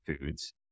foods